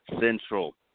Central